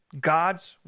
God's